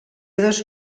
dos